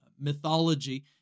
mythology